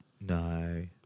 No